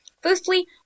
Firstly